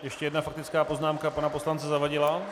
Ještě jedna faktická poznámka pana poslance Zavadila.